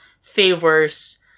favors